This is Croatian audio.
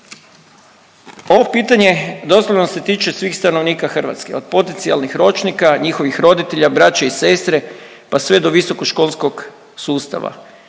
Ovo pitanje doslovno se tiče svih stanovnika Hrvatske, od potencijalnih ročnika, njihovih roditelja, braće i sestre, pa sve do visokoškolskog sustava.